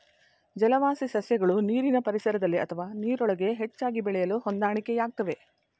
ಜಲವಾಸಿ ಸಸ್ಯಗಳು ನೀರಿನ ಪರಿಸರದಲ್ಲಿ ಅಥವಾ ನೀರಿನೊಳಗೆ ಹೆಚ್ಚಾಗಿ ಬೆಳೆಯಲು ಹೊಂದಾಣಿಕೆಯಾಗ್ತವೆ